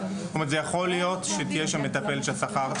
זאת אומרת זה יכול להיות שתהיה שם מטפלת עם שכר,